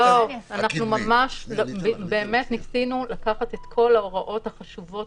אנחנו באמת ניסינו לקחת את כל ההוראות החשובות,